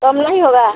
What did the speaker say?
कम नहीं होगा